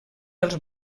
els